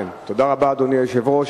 אדוני היושב-ראש,